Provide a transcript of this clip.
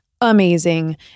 amazing